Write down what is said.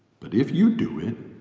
but if you do it.